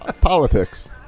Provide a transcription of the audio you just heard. politics